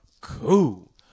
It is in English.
cool